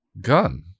Gun